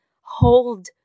hold